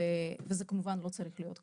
וזה כמובן לא צריך להיות ככה,